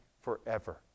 forever